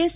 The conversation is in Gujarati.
એસ